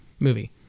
Movie